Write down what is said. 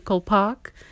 park